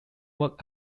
work